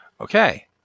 okay